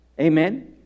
Amen